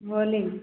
होलीमे